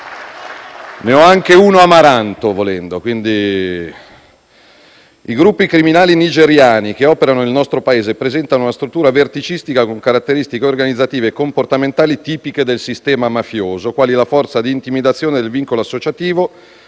Ne ho anche uno amaranto, volendo. I gruppi criminali nigeriani che operano nel nostro Paese presentano una struttura verticistica, con caratteristiche organizzative e comportamentali tipiche del sistema mafioso, quali la forza di intimidazione del vincolo associativo,